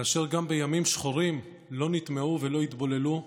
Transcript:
אשר גם בימים שחורים לא נטמעו ולא התבוללו,